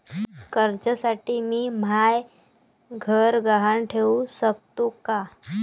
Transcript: कर्जसाठी मी म्हाय घर गहान ठेवू सकतो का